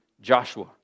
Joshua